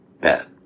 bet